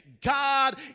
God